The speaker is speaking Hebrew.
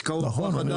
השקעות בכוח אדם,